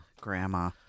Grandma